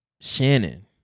Shannon